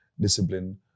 discipline